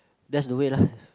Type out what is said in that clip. that's the way lah